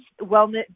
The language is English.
wellness